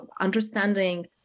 understanding